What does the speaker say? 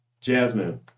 Jasmine